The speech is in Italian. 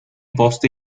poste